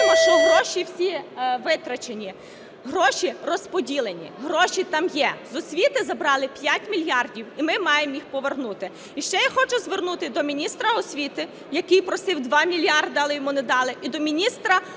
чуємо, що гроші всі витрачені, гроші розподілені. Гроші там є. З освіти забрали 5 мільярдів, і ми маємо їх повернути. І ще я хочу звернути до міністра освіти, який просив 2 мільярди, але йому не далі, і до міністра охорони